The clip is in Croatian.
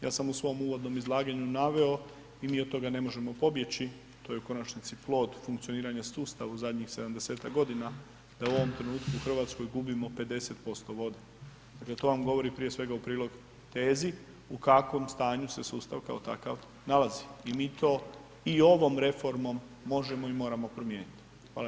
Ja sam u svom uvodnom izlaganju naveo i mi od toga ne možemo pobjeći, to je u konačnici plod funkcioniranja sustava u zadnjih 70-ak godina da u ovom trenutku u Hrvatskoj gubimo 50% vode dakle to vam govori prije svega u prilog tezi u kakvom stanju se sustav kao takav nalazi i mi to i ovom reformom možemo i moramo promijeniti.